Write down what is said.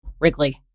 Wrigley